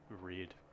Read